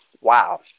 Wow